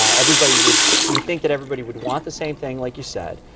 everybody would you would think that everybody would want the same thing, like you said,